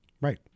Right